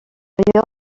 chêne